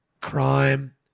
crime